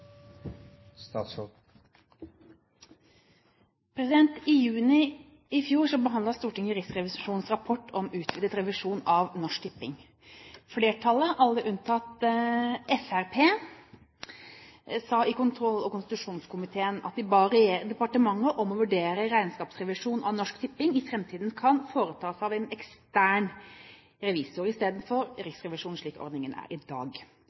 lovendringen. I juni i fjor behandlet Stortinget Riksrevisjonens rapport om utvidet revisjon av Norsk Tipping. Flertallet, alle unntatt Fremskrittspartiet, sa i kontroll- og konstitusjonskomiteen at de ba departementet om å «vurdere om regnskapsrevisjonen av Norsk Tipping i fremtiden kan foretas av ekstern revisor» istedenfor av Riksrevisjonen, slik ordningen er i dag.